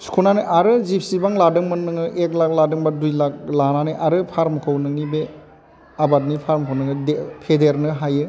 सुख'नानै आरो जेसेबां लादोंमोन नोङो एक लाख लादोंबा दुइ लाख लानानै आरो फार्मखौ नोंनि बे आबादनि फार्मखौ नोङो फेदेरनो हायो